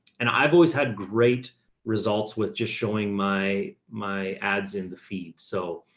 and i've always had great results with just showing my, my ads in the feet. so